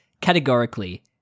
categorically